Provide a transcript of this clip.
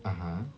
(uh huh)